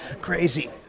crazy